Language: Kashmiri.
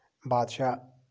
بادشاہ